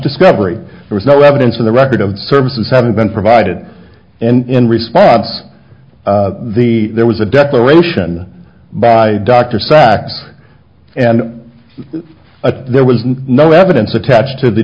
discovery there is no evidence of the record of services having been provided and in response the there was a declaration by dr sacks and there was no evidence attached to the